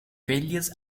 failures